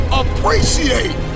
appreciate